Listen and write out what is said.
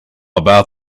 about